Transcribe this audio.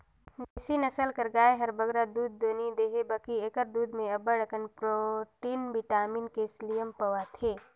देसी नसल कर गाय हर बगरा दूद दो नी देहे बकि एकर दूद में अब्बड़ अकन प्रोटिन, बिटामिन, केल्सियम पवाथे